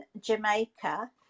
Jamaica